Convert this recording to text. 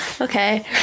okay